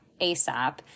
ASAP